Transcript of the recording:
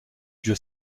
dieu